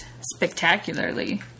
spectacularly